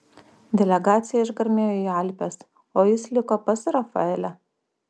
delegacija išgarmėjo į alpes o jis liko pas rafaelę